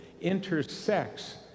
intersects